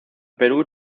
perú